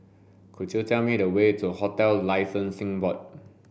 could you tell me the way to Hotels Licensing Board